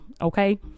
Okay